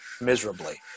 miserably